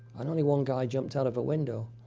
and only one guy jumped out of a window.